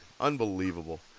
Unbelievable